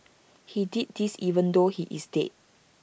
he did this even though he is dead